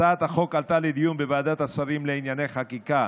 הצעת החוק עלתה לדיון בוועדת השרים לענייני חקיקה